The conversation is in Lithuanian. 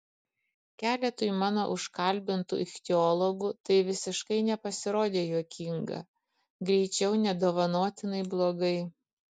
keletui mano užkalbintų ichtiologų tai visiškai nepasirodė juokinga greičiau nedovanotinai blogai